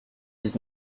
dix